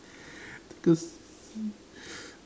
take a seat